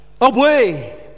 away